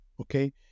okay